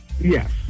Yes